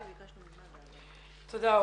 תודה.